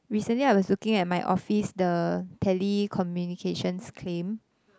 recently I was looking at my office the telecommunications claim